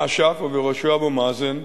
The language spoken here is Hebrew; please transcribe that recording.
אש"ף ובראשו אבו מאזן,